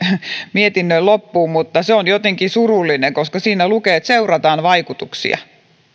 mietinnön loppuun mutta se on jotenkin surullinen koska siinä lukee että seurataan vaikutuksia